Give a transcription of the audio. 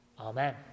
Amen